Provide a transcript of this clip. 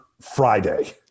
Friday